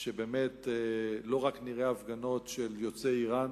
שבאמת לא רק נראה הפגנות של יוצאי אירן